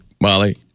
Molly